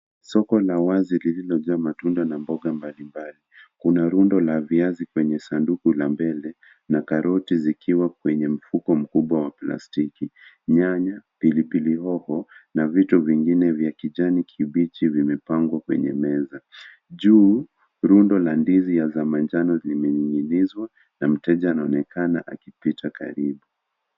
Soko la wazi lililojaa matunda na mboga mbalimbali. Kuna rundo la viazi kwenye sanduku la mbele na karoti zikiwa kwenye mfuko mkbwa wa plastiki. Nyanya, piliilihoho na vitu vingine vya kijani kibichi vimepangwa kwenye meza. Juu, rundo la ndizi za manjano zimening'inizwa na mteja anaonekana akipita karibu.